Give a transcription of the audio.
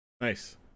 Nice